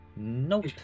Nope